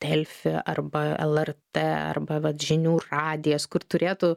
delfi arba lrt arba vat žinių radijas kur turėtų